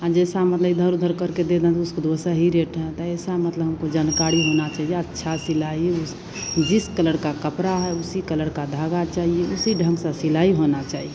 आँ जैसा मतलब इधर उधर करके दे दें तो उसको दूसरा ही रेट है तो ऐसी मतलब हमको जानकारी होनी चाहिए अच्छा सिलाई उस जिस कलर का कपड़ा है उसी कलर का धागा चाहिए उसी ढंग से सिलाई होनी चाहिए